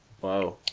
Wow